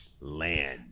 land